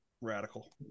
radical